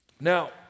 Now